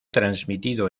transmitido